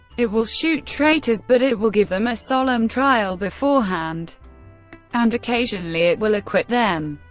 it will shoot traitors, but it will give them a solemn trial beforehand and occasionally it will acquit them.